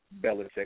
Belichick